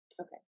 okay